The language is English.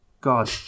God